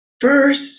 First